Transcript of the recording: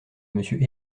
monsieur